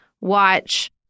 watch